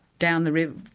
down the river,